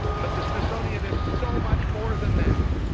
but the smithsonian is so much more than that.